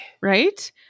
Right